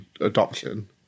adoption